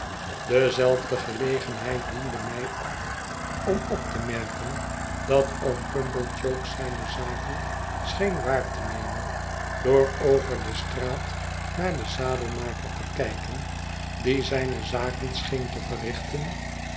dezelfde gelegenheid diende mij ook om op te merken dat oom pumblechook zijne zaken scheen waar te nemen door over de straat naar den zadelmaker te kijken die zijne zaken scheen te verrichten